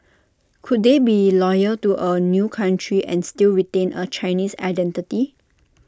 could they be loyal to A new country and still retain A Chinese identity